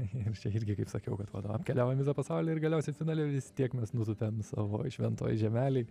jiems čia irgi kaip sakiau kad vat va apkeliaujam visą pasaulį ir galiausiai finale vis tiek mes nutūpiam savo šventoj žemelėj